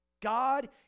God